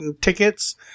tickets